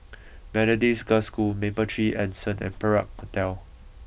Methodist Girls' School Mapletree Anson and Perak Hotel